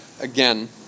again